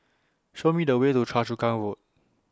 Show Me The Way to Choa Chu Kang Road